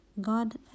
god